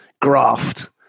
graft